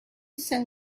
sell